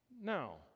Now